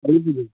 Kali Puja